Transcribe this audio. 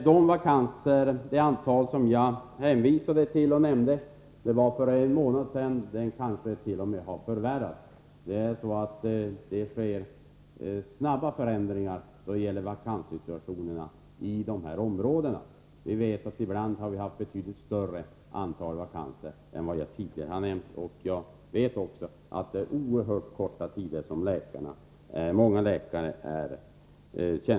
Den uppgift om antalet vakanser som jag nämnde gällde situationen för en månad sedan. Situationen har kanske t.o.m. förvärrats. Det sker snabba förändringar då det gäller vakanssituationerna i de här områdena. Ibland har vi haft betydligt större antal vakanser än det antal jag här har nämnt. Jag vill också betona att många läkare tjänstgör under oerhört korta perioder.